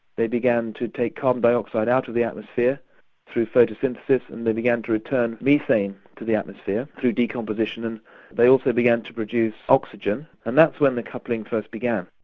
they began to take carbon dioxide out of the atmosphere through photosynthesis, and they began to return methane to the atmosphere through decomposition, and they also began to produce oxygen, and that's when the coupling first began.